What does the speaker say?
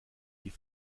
die